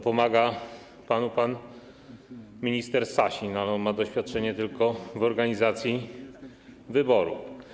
Pomaga panu pan minister Sasin, ale on ma doświadczenie tylko w organizacji wyborów.